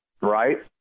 Right